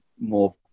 more